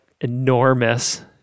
enormous